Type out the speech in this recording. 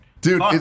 Dude